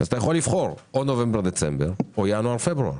אתה יכול לבחור או נובמבר-דצמבר או ינואר-פברואר.